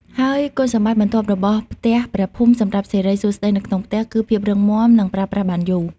ហើយគុណសម្បត្តិបន្ទាប់របស់ផ្ទះព្រះភូមិសម្រាប់សិរីសួស្តីនៅក្នុងផ្ទះ គឺភាពរឹងមាំនិងប្រើប្រាស់បានយូរ។